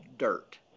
Dirt